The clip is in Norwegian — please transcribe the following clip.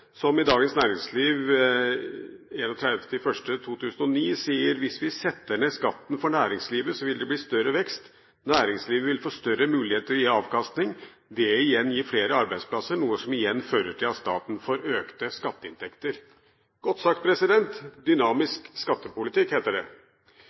som i Dagens Næringsliv 31. januar i 2009 sier: «Hvis vi setter ned skatten for næringslivet så vil det blir større vekst. Næringslivet vil få større mulighet til å gi avkastning. Det igjen gir flere arbeidsplasser, noe som igjen fører til staten får økte skatteinntekter.» Godt sagt